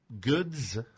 goods –